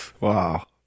Wow